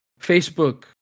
Facebook